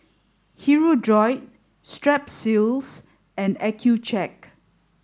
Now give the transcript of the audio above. Hirudoid Strepsils and Accucheck